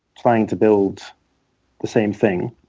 trying to build the same thing,